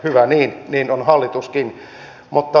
hyvä niin niin on hallituskin